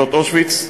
"גבולות אושוויץ".